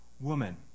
Woman